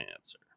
answer